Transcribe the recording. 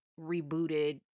rebooted